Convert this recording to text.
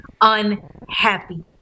unhappy